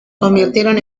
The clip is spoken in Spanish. convirtieron